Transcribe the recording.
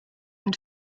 and